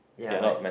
ya like